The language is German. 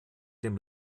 dem